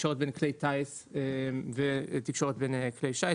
לתקשורת בין כלי טיס ולתקשורת בין כלי שיט,